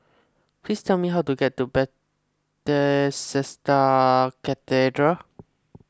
please tell me how to get to Cathedral